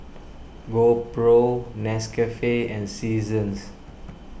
GoPro Nescafe and Seasons